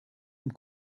und